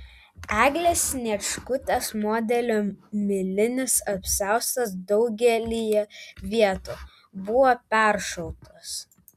eglės sniečkutės modelio milinis apsiaustas daugelyje vietų buvo peršautas